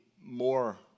more